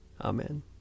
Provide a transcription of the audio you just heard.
Amen